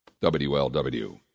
WLW